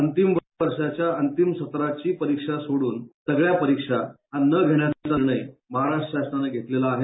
अंतिम वर्षाच्या अंतिम सत्राची परीक्षा सोड्रन सगळ्या परीक्षा न घेण्याचा निर्णय महाराष्ट्र शासनाने घेतलेला आहे